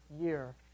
year